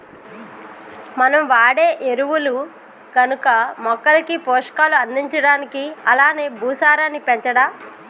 మనం వాడే ఎరువులు గనక మొక్కలకి పోషకాలు అందించడానికి అలానే భూసారాన్ని పెంచడా